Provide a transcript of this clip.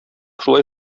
шулай